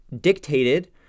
dictated